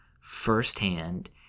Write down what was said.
firsthand